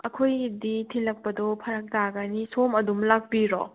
ꯑꯩꯈꯣꯏꯒꯤꯗꯤ ꯊꯤꯜꯂꯛꯄꯗꯣ ꯐꯔꯛ ꯇꯥꯒꯅꯤ ꯁꯣꯝ ꯑꯗꯨꯝ ꯂꯥꯛꯄꯤꯔꯣ